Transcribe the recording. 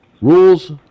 Rules